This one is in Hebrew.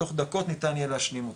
תוך דקות ניתן יהיה להשלים אותם.